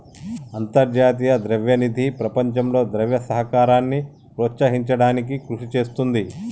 అంతర్జాతీయ ద్రవ్య నిధి ప్రపంచంలో ద్రవ్య సహకారాన్ని ప్రోత్సహించడానికి కృషి చేస్తుంది